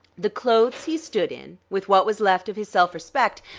the clothes he stood in, with what was left of his self-respect,